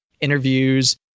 interviews